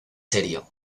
serio